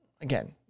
Again